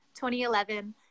2011